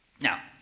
Now